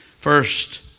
first